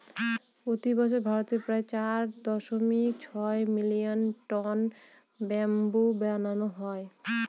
প্রতি বছর ভারতে প্রায় চার দশমিক ছয় মিলিয়ন টন ব্যাম্বু বানানো হয়